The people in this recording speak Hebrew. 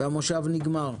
המושב נגמר.